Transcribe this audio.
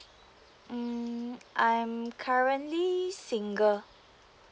mm I'm currently single